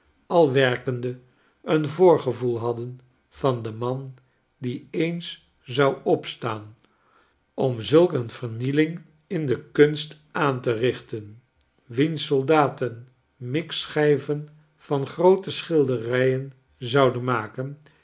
al werkende een voorgevoel hadden van den man die eens zou opstaan om zulk eene vernieling in de kunst aan terichten wienssoldatenmikschijven van groote schilderijen zouden maken